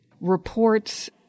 reports